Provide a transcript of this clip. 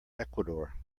ecuador